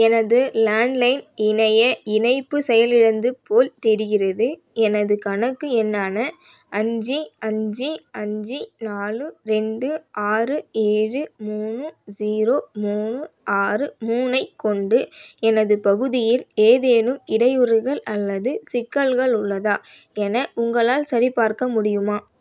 எனது லேண்ட்லைன் இணைய இணைப்பு செயலிழந்தது போல் தெரிகிறது எனது கணக்கு எண்ணான அஞ்சு அஞ்சு அஞ்சு நாலு ரெண்டு ஆறு ஏழு மூணு ஜீரோ மூணு ஆறு மூணைக் கொண்டு எனது பகுதியில் ஏதேனும் இடையூறுகள் அல்லது சிக்கல்கள் உள்ளதா என உங்களால் சரிபார்க்க முடியுமா